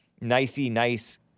nicey-nice